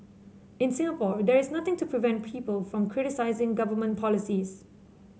in Singapore there is nothing to prevent people from criticising government policies